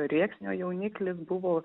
rėksnio jauniklis buvo